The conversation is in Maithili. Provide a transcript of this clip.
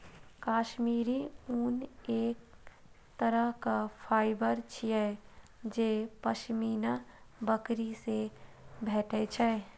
काश्मीरी ऊन एक तरहक फाइबर छियै जे पश्मीना बकरी सं भेटै छै